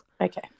okay